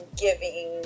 giving